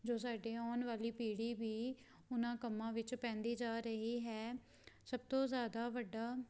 ਜੋ ਸਾਡੀ ਆਉਣ ਵਾਲੀ ਪੀੜ੍ਹੀ ਵੀ ਉਹਨਾਂ ਕੰਮਾਂ ਵਿੱਚ ਪੈਂਦੀ ਜਾ ਰਹੀ ਹੈ ਸਭ ਤੋਂ ਜ਼ਿਆਦਾ ਵੱਡਾ